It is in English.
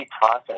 process